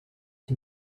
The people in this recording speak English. get